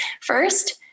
First